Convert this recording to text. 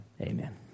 Amen